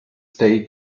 stay